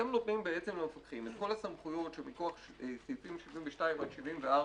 אתם נותנים בעצם למפקחים את כל הסמכויות שמכוח סעיפים 72(א) 74